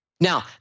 Now